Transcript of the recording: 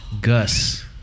Gus